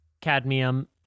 Cadmium